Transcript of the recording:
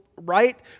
right